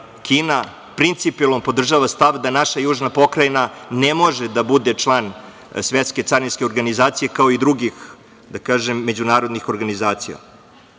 Kina principijelno podržava stav da naša južna pokrajina ne može da bude član Svetske carinske organizacije, kao i drugih međunarodnih organizacija.